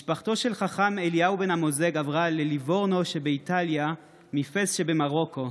משפחתו של חכם אליהו בן אמוזג עברה לליבורנו שבאיטליה מפאס שבמרוקו,